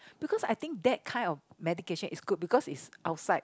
because I think that kind of medication is good because it's outside